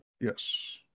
Yes